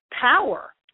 power